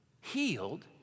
healed